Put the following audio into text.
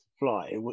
fly